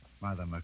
Mother